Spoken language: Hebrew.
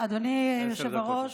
עשר דקות לרשותך.